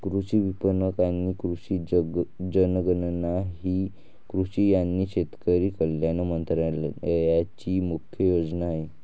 कृषी विपणन आणि कृषी जनगणना ही कृषी आणि शेतकरी कल्याण मंत्रालयाची मुख्य योजना आहे